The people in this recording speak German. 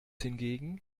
hingegen